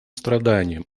страданиям